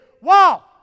wow